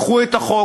קחו את החוק,